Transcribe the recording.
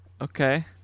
Okay